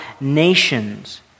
nations